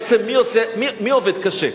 בעצם, מי עובד קשה?